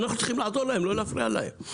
אנחנו צריכים לעזור להם ולא להפריע להם.